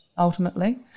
Ultimately